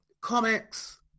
comics